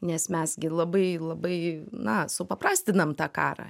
nes mes gi labai labai na supaprastinam tą karą